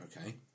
Okay